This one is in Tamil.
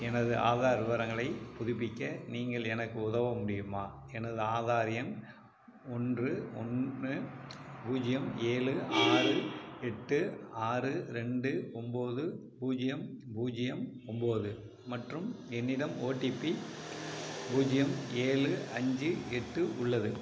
எனது ஆதார் விவரங்களை புதுப்பிக்க நீங்கள் எனக்கு உதவ முடியுமா எனது ஆதார் எண் ஒன்று ஒன்று பூஜ்ஜியம் ஏழு ஆறு எட்டு ஆறு ரெண்டு ஒம்போது பூஜ்ஜியம் பூஜ்ஜியம் ஒம்போது மற்றும் என்னிடம் ஓடிபி பூஜ்ஜியம் ஏழு அஞ்சு எட்டு உள்ளது